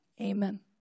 amen